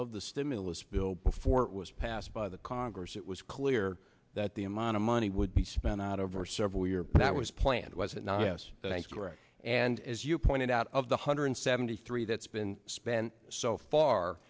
of the stimulus bill before it was passed by the congress it was clear that the amount of money would be spent out over several years that was planned was it not yes thanks greg and as you pointed out of the hundred seventy three that's been spent so far